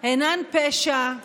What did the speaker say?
אינן פשע,